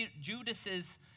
Judas